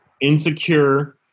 Insecure